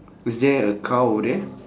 is there a cow over there